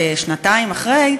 כשנתיים אחרי,